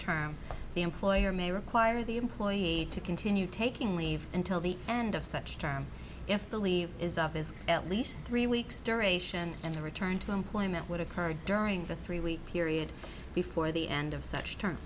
term the employer may require the employee to continue taking leave until the end of such term if the leave is up is at least three weeks duration and the return to employment would occur during the three week period before the end of such t